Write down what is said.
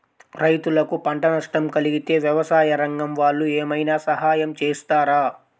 రైతులకు పంట నష్టం కలిగితే వ్యవసాయ రంగం వాళ్ళు ఏమైనా సహాయం చేస్తారా?